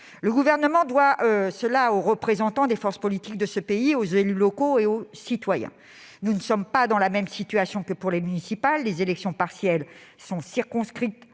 Le Gouvernement le doit aux représentants des forces politiques, aux élus locaux et aux citoyens. Nous ne sommes pas dans la même situation que pour les élections municipales. Les élections partielles sont circonscrites